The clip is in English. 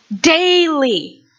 daily